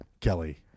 Kelly